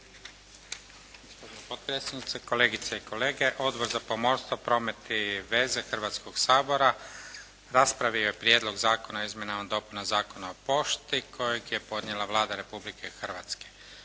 kolegice i kolege, Odbor za pomorstvo, promet i veze Hrvatskoga sabora raspravio je Prijedlog zakona o izmjenama i dopunama Zakona o pošti kojeg je podnijela Vlada Republike Hrvatske.